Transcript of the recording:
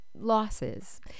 losses